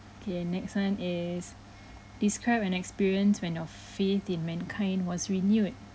okay next one is describe an experience when your faith in mankind was renewed